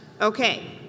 Okay